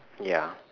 ya